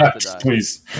Please